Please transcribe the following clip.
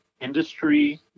industry